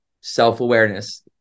self-awareness